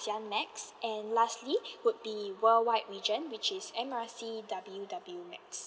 ASEAN max and lastly would be worldwide region which is M R C W_W max